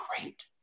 Great